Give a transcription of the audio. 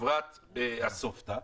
חברת אסופתא?